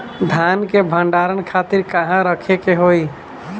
धान के भंडारन खातिर कहाँरखे के होई?